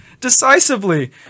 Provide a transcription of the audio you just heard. decisively